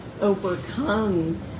overcome